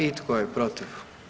I tko je protiv?